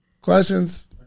Questions